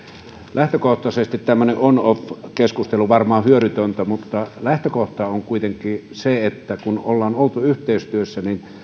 lähtökohtaisesti tämmöinen on off keskustelu varmaan on hyödytöntä mutta lähtökohta on kuitenkin se että kun ollaan oltu yhteistyössä niin